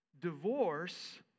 Divorce